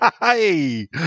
Hey